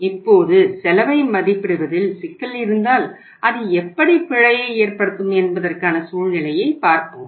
இப்போது செலவை மதிப்பிடுவதில் சிக்கல் இருந்தால் அது எப்படி பிழையை ஏற்படுத்தும் என்பதற்கான சூழ்நிலையைப் பார்ப்போம்